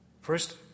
first